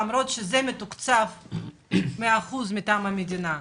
למרות שזה מתוקצב 100% מטעם המדינה.